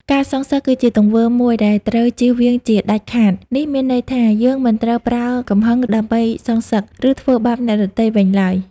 ការសងសឹក គឺជាទង្វើមួយដែលត្រូវជៀសវាងជាដាច់ខាត នេះមានន័យថា យើងមិនត្រូវប្រើកំហឹងដើម្បីសងសឹក ឬធ្វើបាបអ្នកដទៃវិញឡើយ។